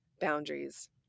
boundaries